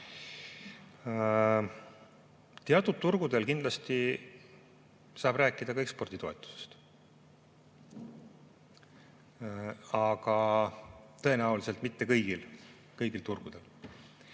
Teatud turgudel kindlasti saab rääkida ka eksporditoetusest, aga tõenäoliselt mitte kõigil turgudel.